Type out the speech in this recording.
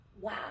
Wow